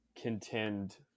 contend